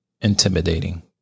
intimidating